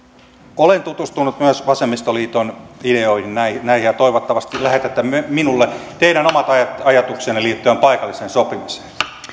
olen tutustunut myös vasemmistoliiton ideoihin ja toivottavasti lähetätte minulle teidän omat ajatuksenne liittyen paikalliseen sopimiseen